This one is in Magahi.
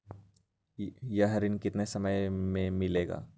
यह ऋण कितने समय मे मिलेगा?